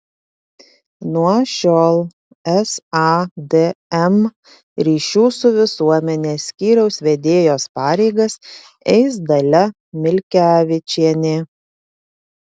nuo šiol sadm ryšių su visuomene skyriaus vedėjos pareigas eis dalia milkevičienė